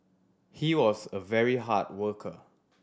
he was a very hard worker